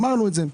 אמרנו את זה.